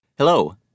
Hello